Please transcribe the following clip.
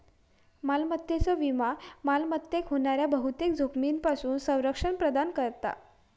मालमत्तेचो विमो मालमत्तेक होणाऱ्या बहुतेक जोखमींपासून संरक्षण प्रदान करता